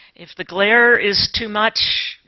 if the glare is too much,